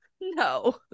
no